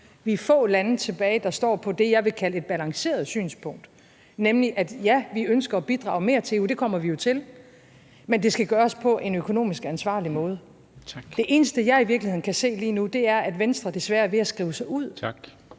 vi er få lande tilbage, der står på det, jeg vil kalde et balanceret synspunkt, nemlig at vi, ja, ønsker at bidrage mere til EU – det kommer vi jo til – men at det skal gøres på en økonomisk ansvarlig måde. Det eneste, jeg i virkeligheden kan se lige nu, er, at Venstre desværre er ved at skrive sig ud af